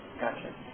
Gotcha